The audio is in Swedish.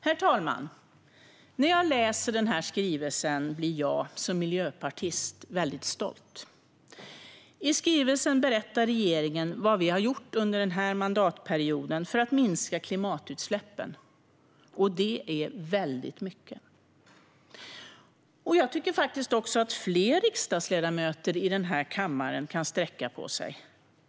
Herr talman! När jag läser skrivelsen blir jag som miljöpartist väldigt stolt. I skrivelsen berättar regeringen vad vi har gjort under mandatperioden för att minska klimatutsläppen. Och det är väldigt mycket. Jag tycker också att fler riksdagsledamöter i den här kammaren kan sträcka på sig.